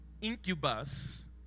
incubus